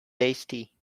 tasty